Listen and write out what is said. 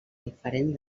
diferent